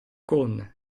con